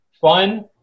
fun